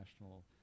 national